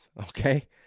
Okay